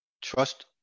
trust